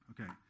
Okay